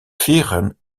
vieren